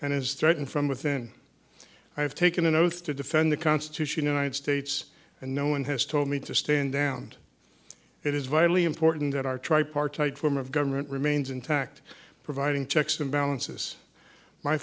and is threatened from within i have taken an oath to defend the constitution united states and no one has told me to stand down and it is vitally important that our tripartite form of government remains intact providing checks and balances my